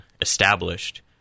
established